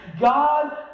God